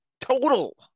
total